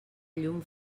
llum